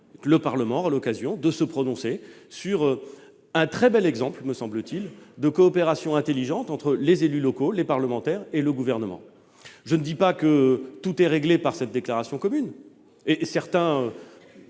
Celui-ci aura l'occasion de se prononcer sur un très bel exemple de coopération intelligente entre les élus locaux, les parlementaires et le Gouvernement. Je ne prétends pas que tout est réglé par cette déclaration commune.